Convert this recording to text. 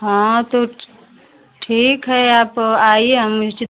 हाँ तो ठीक है आप आइए हम उचित